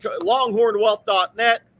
longhornwealth.net